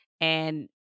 and-